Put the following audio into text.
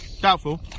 Doubtful